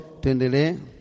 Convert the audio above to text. Tendele